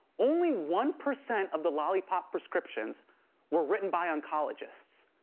only one percent of the lollipop prescriptions were written by oncologists.